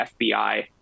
FBI